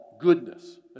goodness